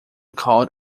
called